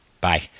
Bye